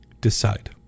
decide